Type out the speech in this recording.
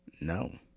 No